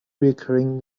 recurring